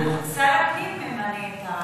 אבל שר הפנים ממנה.